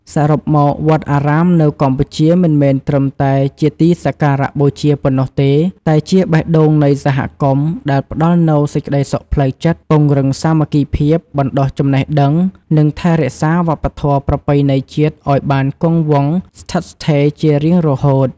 សរុបមក វត្តអារាមនៅកម្ពុជាមិនមែនត្រឹមតែជាទីសក្ការបូជាប៉ុណ្ណោះទេ តែជា បេះដូងនៃសហគមន៍ ដែលផ្ដល់នូវសេចក្តីសុខផ្លូវចិត្ត ពង្រឹងសាមគ្គីភាព បណ្ដុះចំណេះដឹង និងថែរក្សាវប្បធម៌ប្រពៃណីជាតិឲ្យបានគង់វង្សស្ថិតស្ថេរជារៀងរហូត។